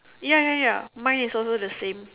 ya ya ya mine is also the same